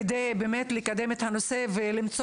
כדי לקדם באמת את הנושא ולמצוא